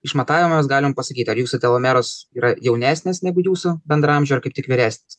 išmatavimus galim pasakyt ar jūsų telomeras yra jaunesnis negu jūsų bendraamžių ar kaip tik vyresnis